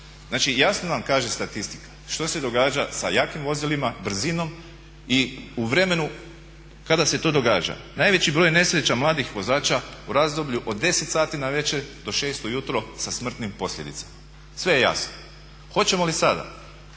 Znači jasno nam kaže statistika što se događa sa jakim vozilima, brzinom i u vremenu kada se to događa. Najveći broj nesreća mladih vozača u razdoblju od 22 do 06 sati sa smrtnim posljedicama. Sve je jasno. Hoćemo li sada